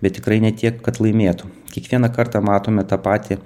bet tikrai ne tiek kad laimėtų kiekvieną kartą matome tą patį